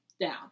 down